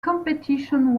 competition